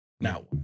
now